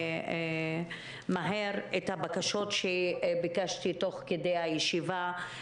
הבקשות שביקשתי תוך כדי הישיבה,